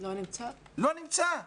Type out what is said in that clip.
לא נמצא,